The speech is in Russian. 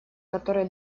который